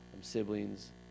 Siblings